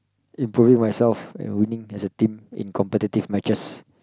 improving myself and winning as a team in competitive matches